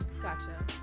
Gotcha